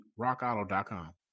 RockAuto.com